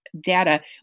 data